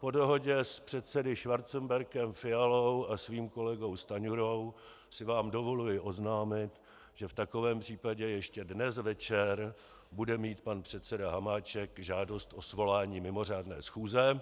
Po dohodě s předsedy Schwarzenbergem, Fialou a svým kolegou Stanjurou si vám dovoluji oznámit, že v takovém případě ještě dnes večer bude mít pan předseda Hamáček žádost o svolání mimořádné schůze